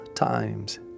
Times